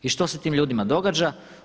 I što se tim ljudima događa?